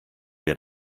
wer